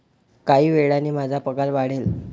काही वेळाने माझा पगार वाढेल